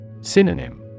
Synonym